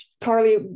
Carly